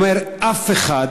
והוא אמר לי: אף אחד